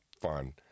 fun